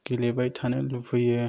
गेलेबाय थानो लुबैयो